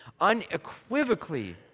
unequivocally